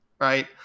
right